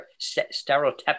stereotypical